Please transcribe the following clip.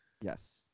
Yes